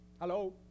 Hello